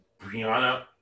Brianna